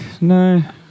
No